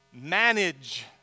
manage